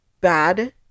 bad